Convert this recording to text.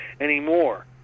anymore